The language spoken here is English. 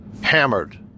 hammered